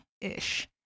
ish